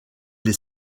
les